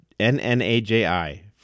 N-N-A-J-I